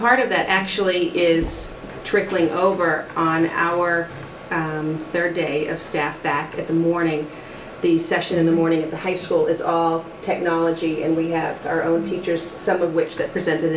part of that actually is trickling over on our third day of staff back in the morning the session in the morning at the high school is all technology and we have our own teachers some of which that presented